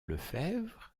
lefebvre